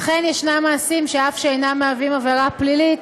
אכן, ישנם מעשים שאף שאינם מהווים עבירה פלילית,